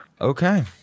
Okay